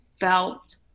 felt